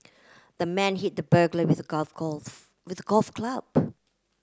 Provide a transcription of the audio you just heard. the man hit the burglar with golf with golf club